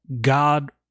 God